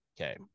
Okay